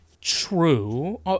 true